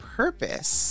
purpose